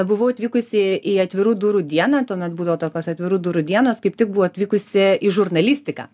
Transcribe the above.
buvau atvykusi į atvirų durų dieną tuomet būdavo tokios atvirų durų dienos kaip tik buvo atvykusi į žurnalistiką